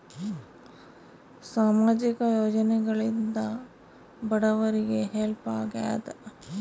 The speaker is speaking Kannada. ಸಾಮಾಜಿಕ ಯೋಜನೆಗಳಿಂದ ಬಡವರಿಗೆ ಹೆಲ್ಪ್ ಆಗ್ಯಾದ?